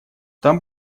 там